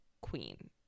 queen